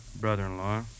brother-in-law